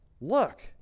Look